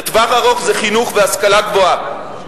לטווח ארוך זה חינוך והשכלה גבוהה.